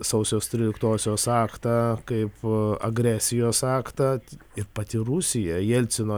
sausio tryliktosios aktą kaip agresijos aktą ir pati rusija jelcino